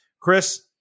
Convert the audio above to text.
Chris